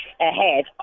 ahead